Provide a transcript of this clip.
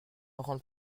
rendre